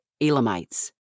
Elamites